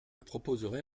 proposerai